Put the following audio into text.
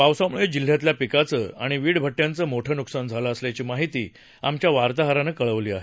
पावसामुळे जिल्ह्यातल्या पिकांचं आणि वी मट्टयांचं मोठं नुकसान झालं असल्याची माहिती आमच्या वार्ताहरानं कळवली आहे